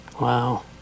Wow